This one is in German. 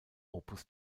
opus